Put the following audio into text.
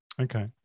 okay